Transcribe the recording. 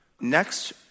Next